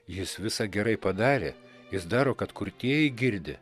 jis visa gerai padarė jis daro kad kurtieji girdi